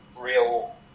real